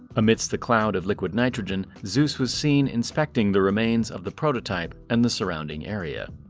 amidst the cloud of liquid nitrogen, zeus was seen inspecting the remains of the prototype and the surrounding area.